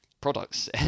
products